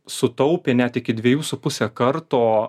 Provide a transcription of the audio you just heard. sutaupė net iki dviejų su puse karto